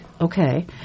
Okay